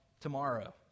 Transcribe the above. tomorrow